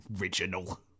original